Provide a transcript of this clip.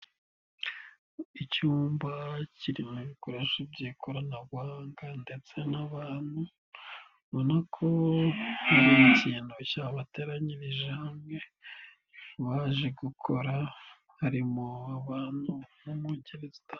Icyumba kirimo bikoresho by'ikoranabuhanga ndetse n'abantu, ubona ko ni ikintu cyabateranyirije hamwe baje gukora, harimo abantu bo mungeri zitandukanye.